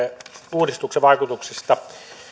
uudistuksen vaikutuksista